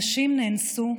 נשים נאנסו,